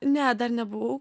ne dar nebuvau